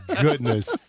goodness